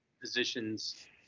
positions